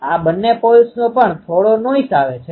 antenna Z દિશામાં છે પરંતુ એન્ટેના X અક્ષ સાથે સ્થાપિત છે